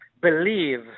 believe